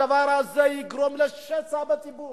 הדבר הזה יגרום לשסע בציבור.